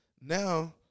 now